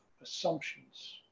assumptions